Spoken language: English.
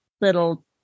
little